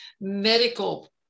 medical